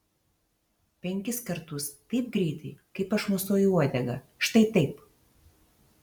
penkis kartus taip greitai kaip aš mosuoju uodega štai taip